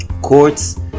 Courts